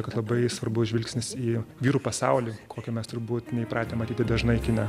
kad labai svarbus žvilgsnis į vyrų pasaulį kokio mes turbūt neįpratę matyti dažnai kine